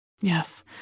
Yes